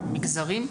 מגזרים?